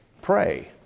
pray